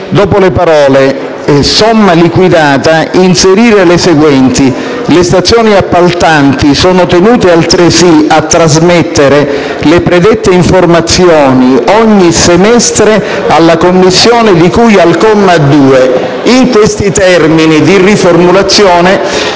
dopo le parole "somme liquidate" inserire le seguenti: "le stazioni appaltanti sono tenute altresì a trasmettere le predette informazioni ogni semestre alla Commissione di cui al comma 2"». In questi termini di riformulazione